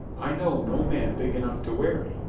i know no man big enough to wear me.